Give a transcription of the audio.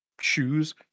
shoes